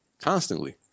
constantly